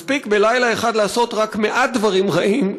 מספיק בלילה אחד לעשות רק מעט דברים רעים,